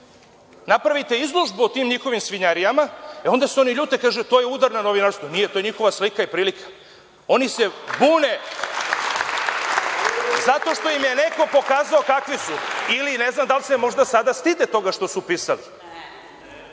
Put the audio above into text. napravite izložbu o tim njihovim svinjarijama, e, onda se oni ljute, kažu – to je udar na novinarstvo. Nije. To je njihova slika i prilika. Oni se bune zato što im je neko pokazao kakvi su ili ne znam da li se možda sada stide toga što su pisali.